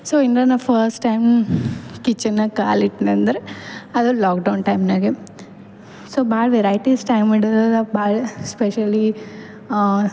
so ಇನ್ನ ನಾವು first time ಕಿಚನ್ನಾಗ ಕಾಲಿಟ್ನಂದ್ರ ಅದು ಲಾಕ್ಡೌನ್ ಟೈಮ್ನಾಗೆ ಸೊ ಭಾಳ ವೆರೈಟಿಸ್ ಟ್ರೈ ಮಾಡದ ಭಾಳ ಸ್ಪೆಷಲಿ